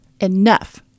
Enough